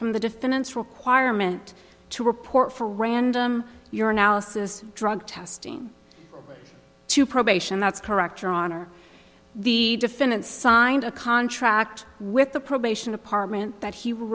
from the defendant's requirement to report for random your analysis drug testing to probation that's correct your honor the defendant signed a contract with the probation department that he